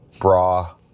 bra